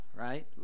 right